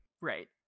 Right